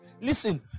Listen